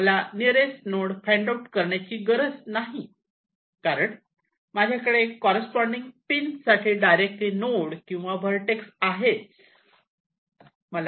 मला nearest node find out करण्याचे गरज नाही कारण माझ्याकडे कॉररेस्पॉन्डिन्ग पिन साठी डायरेक्टली नोड किंवा व्हर्टेक्स आहे